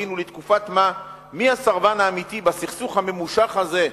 הבינו לתקופת-מה מי הסרבן האמיתי בסכסוך הממושך הזה,